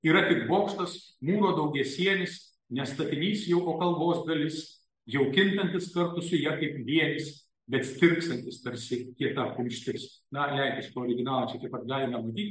yra tik bokštas mūro daugiasienis ne statinys jau o kalbos dalis jau kintantis kartu su ja kaip vienis bet stirgsantis tarsi kieta kumštis na lenkišką originalą čia taip pat galime matyti